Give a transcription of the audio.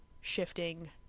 shifting